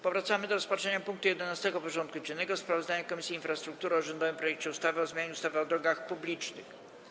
Powracamy do rozpatrzenia punktu 11. porządku dziennego: Sprawozdanie Komisji Infrastruktury o rządowym projekcie ustawy o zmianie ustawy o drogach publicznych.